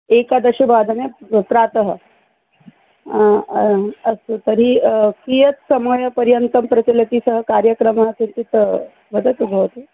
एकादशवादने प्रातः आम् अस्तु तर्हि कियत् समयपर्यन्तं चलति सः कार्यक्रमः किञ्चित् वदतु भवती